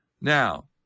Now